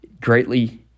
greatly